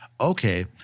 okay